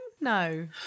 No